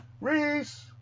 Reese